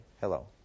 Hello